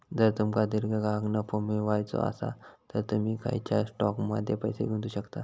जर तुमका दीर्घकाळ नफो मिळवायचो आसात तर तुम्ही खंयच्याव स्टॉकमध्ये पैसे गुंतवू शकतास